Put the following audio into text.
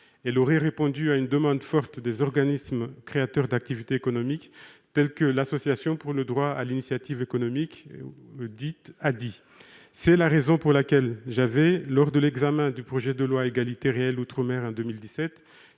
Elle aurait répondu à une demande forte des organismes créateurs d'activité économique, tels que l'Association pour le droit à l'initiative économique (ADIE). C'est la raison pour laquelle j'avais, en 2017, lors de l'examen du projet de loi de programmation relative à